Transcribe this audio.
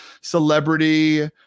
celebrity –